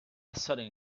sudden